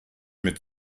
mit